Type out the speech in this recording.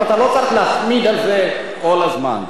אבל אתה לא צריך להתמיד בזה כל הזמן.